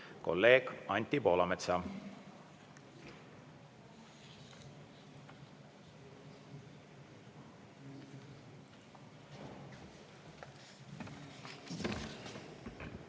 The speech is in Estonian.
kolleeg Anti Poolametsa.